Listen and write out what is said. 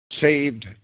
saved